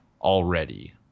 already